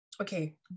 okay